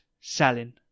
salen